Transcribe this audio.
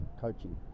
coaching